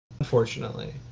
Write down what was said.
Unfortunately